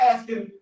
Asking